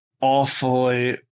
awfully